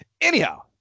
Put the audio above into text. Anyhow